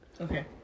Okay